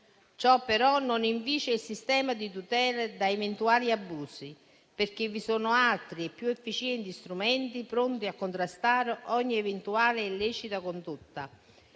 Ciò, però, non inficia il sistema di tutela da eventuali abusi, perché vi sono altri e più efficienti strumenti pronti a contrastare ogni eventuale ed illecita condotta,